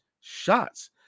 shots